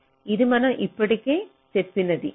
ఇది మనం ఇప్పటికే చెప్పినదే